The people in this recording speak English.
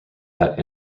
that